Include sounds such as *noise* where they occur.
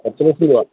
*unintelligible*